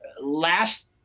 Last